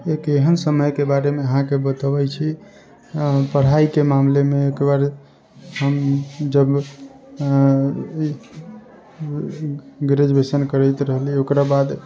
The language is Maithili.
एक एहन समयके बारेमे अहाँकेँ बतबैत छी पढ़ाइके मामलेमे एक बार हम जब ग्रेजुएशन करैत रहली ओकरा बाद